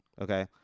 Okay